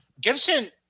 Gibson